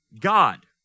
God